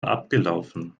abgelaufen